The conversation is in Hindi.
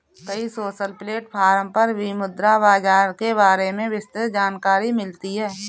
कई सोशल प्लेटफ़ॉर्म पर भी मुद्रा बाजार के बारे में विस्तृत जानकरी मिलती है